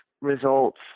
results